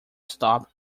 stop